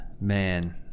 man